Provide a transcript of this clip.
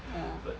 oh